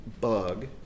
bug